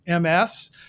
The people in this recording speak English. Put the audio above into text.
MS